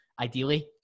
ideally